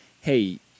hey